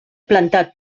plantat